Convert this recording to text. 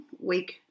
week